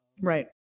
Right